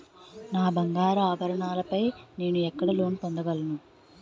నా బంగారు ఆభరణాలపై నేను ఎక్కడ లోన్ పొందగలను?